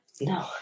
No